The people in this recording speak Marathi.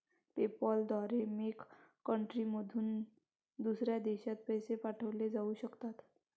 पेपॅल द्वारे मेक कंट्रीमधून दुसऱ्या देशात पैसे पाठवले जाऊ शकतात